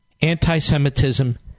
anti-Semitism